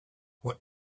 what